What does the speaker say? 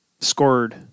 scored